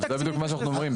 זה מה שאנחנו אומרים בדיוק.